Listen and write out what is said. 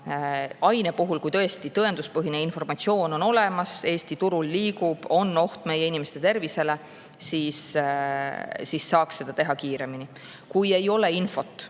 aine puhul tõesti tõenduspõhine informatsioon on olemas ja see Eesti turul liigub, on oht meie inimeste tervisele, siis saaks seda teha kiiremini. Kui ei ole